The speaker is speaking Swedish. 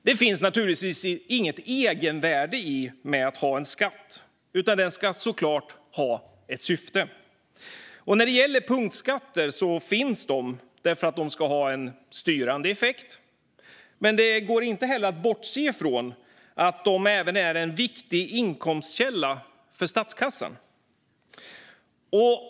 Det finns naturligtvis inget egenvärde i att ha en skatt, utan den ska ha ett syfte. Punktskatter finns därför att de ska ha en styrande effekt, men det går inte att bortse från att de även är en viktig inkomstkälla för statskassan.